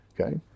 okay